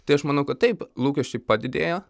tai aš manau kad taip lūkesčiai padidėjo